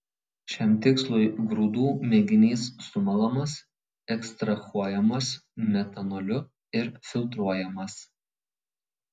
šiam tikslui grūdų mėginys sumalamas ekstrahuojamas metanoliu ir filtruojamas